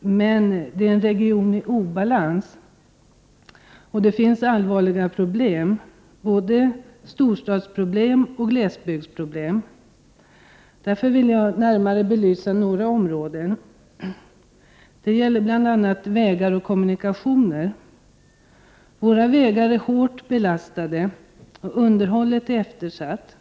men det är en region i obalans. Det finns allvarliga problem, både storstadsproblem och glesbygdsproblem. Därför vill jag närmare belysa några områden. Det gäller bl.a. vägar och kommunikationer. Våra vägar är hårt belastade, och underhållet är eftersatt.